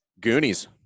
Goonies